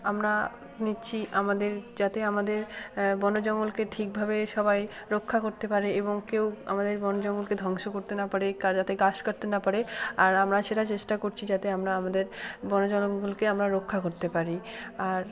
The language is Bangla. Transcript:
আমরা নিচ্ছি আমাদের যাতে আমাদের বন জঙ্গলকে ঠিকভাবে সবাই রক্ষা করতে পারে এবং কেউ আমাদের বন জঙ্গলকে ধ্বংস করতে না পারে যাতে গাছ কাটতে না পারে আর আমরা সেটা চেষ্টা করছি যাতে আমরা আমাদের বন জনঙ্গলকে আমরা রক্ষা করতে পারি আর